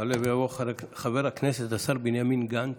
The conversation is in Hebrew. יעלה ויבוא חבר הכנסת השר בנימין גנץ,